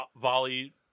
volley